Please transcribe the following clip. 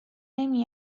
نمی